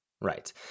Right